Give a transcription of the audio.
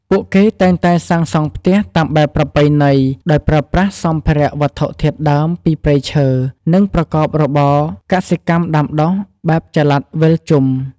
ពួកគេតែងតែសាងសង់ផ្ទះតាមបែបប្រពៃណីដោយប្រើប្រាស់សម្ភារៈវត្ថុធាតុដើមពីព្រៃឈើ និងប្រកបរបរកសិកម្មដាំដុះបែបចល័តវិលជុំ។